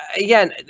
again